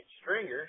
stringers